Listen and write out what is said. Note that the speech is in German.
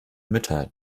mütter